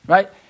Right